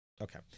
okay